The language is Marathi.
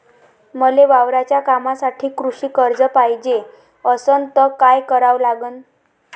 मले वावराच्या कामासाठी कृषी कर्ज पायजे असनं त काय कराव लागन?